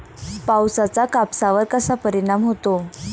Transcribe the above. पावसाचा कापसावर कसा परिणाम होतो?